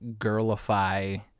girlify